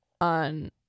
on